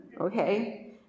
okay